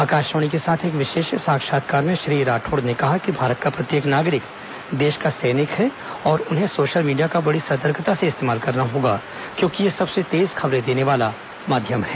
आकाशवाणी के साथ एक विशेष साक्षात्कार में श्री राठौड़ ने कहा कि भारत का प्रत्येक नागरिक देश का सैनिक है और उन्हें सोशल मीडिया का बड़ी सतर्कता से इस्तेमाल करना होगा क्योंकि यह सबसे तेज खबरें देने वाला मीडिया है